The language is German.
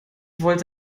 wollte